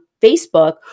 Facebook